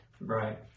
Right